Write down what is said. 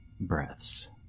breaths